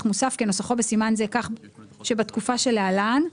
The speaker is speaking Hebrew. מוסף כנוסחו בסימן זה כך שבתקופות שלהלן: